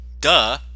Duh